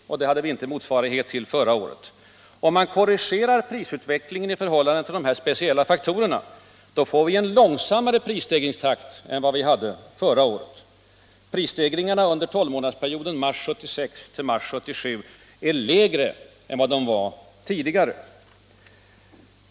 Detta hade vi ingen motsvarighet ull förra året. Om man korrigerar prisutveckiingen i förhållande till de kär speciella faktorerna får vi en långsammare prisstegringstakt än vad vi hade förra året. Prisstegringarna under tolvmånadersperioden mars 1976 till mars 1977 är lägre än vad de var ett år tidigare.